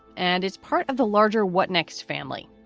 and it's part of the larger what next family.